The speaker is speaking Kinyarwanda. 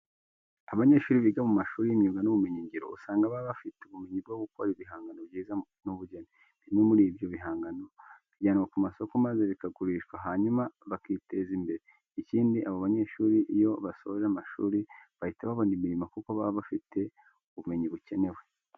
Abanyeshuri biga mu mashuri y'imyuga n'ubumenyingiro, usanga baba bafite ubumenyi bwo gukora ibihangano byiza by'ubugeni. Bimwe muri ibyo bihangano bijyanwa ku masoko maze bikagurishwa hanyuma bakiteza imbere. Ikindi, abo banyeshuri iyo basoje amashuri bahita babona imirimo kuko baba bafite ubumenyi bukenewe.